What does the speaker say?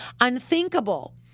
unthinkable